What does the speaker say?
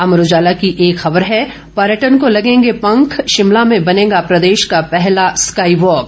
अमर उजाला की एक खबर है पर्यटन को लगेंगे पंख शिमला में बनेगा प्रदेश का पहला स्काई वॉक